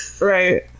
right